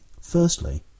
Firstly